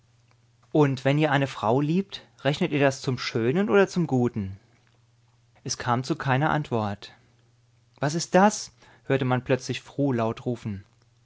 und wenn ihr eine frau liebt rechnet ihr das zum schönen oder zum guten es kam zu keiner antwort was ist das hörte man plötzlich fru laut rufen